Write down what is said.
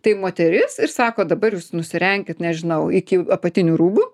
tai moteris ir sako dabar jūs nusirenkit nežinau iki apatinių rūbų